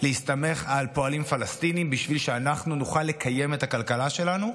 להסתמך על פועלים פלסטינים בשביל שאנחנו נוכל לקיים את הכלכלה שלנו?